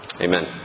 Amen